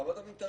למה אתה מתערב?